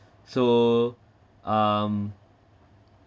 so um